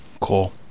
Cool